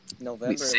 November